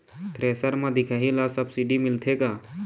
Thresher म दिखाही ला सब्सिडी मिलथे का?